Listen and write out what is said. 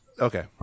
Okay